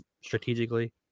strategically